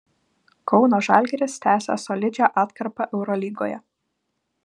kauno žalgiris tęsia solidžią atkarpą eurolygoje